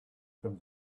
from